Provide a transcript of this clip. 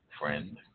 friend